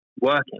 working